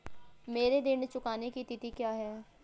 मेरे ऋण चुकाने की तिथि क्या है?